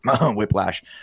Whiplash